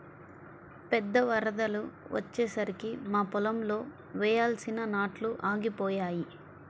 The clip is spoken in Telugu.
పెద్ద వరదలు వచ్చేసరికి మా పొలంలో వేయాల్సిన నాట్లు ఆగిపోయాయి